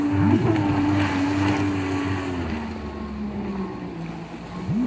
micro credit ले खरजा उठाए म बियाज जादा देबर परथे